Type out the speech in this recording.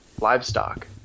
livestock